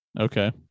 okay